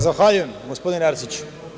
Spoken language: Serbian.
Zahvaljujem gospodine Arsiću.